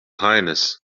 highness